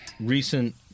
recent